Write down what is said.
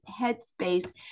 headspace